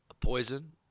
poison